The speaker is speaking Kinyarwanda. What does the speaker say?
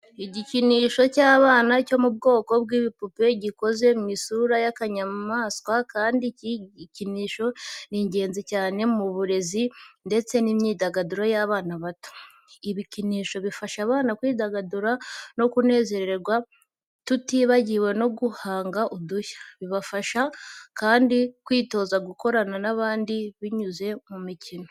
Igikinisho cy’abana cyo mu bwoko bw'ibipupe gikoze mu isura y'akanyamaswa kandi iki gikinisho ni ingenzi cyane mu burezi ndetse n’imyidagaduro y’abana bato. Ibikinisho bifasha abana kwidagadura no kunezerwa tutibagiwe no guhanga udushya. Bibafasha kandi kwitoza gukorana n’abandi binyuze mu mikino.